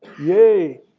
yay!